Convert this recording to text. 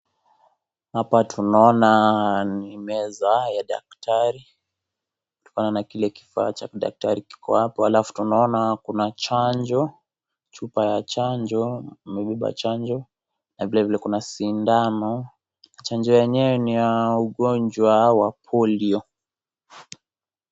Hapa tunaona ni meza ya daktari kutokana na kifaa kile cha daktari kiko hapo alafu tunaona kuna chanjo chupa ya chanjo imebeba chanjo na vilevile kuna sindano, chanjo yenyewe ni ya ugojwa wa polio.